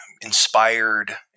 inspired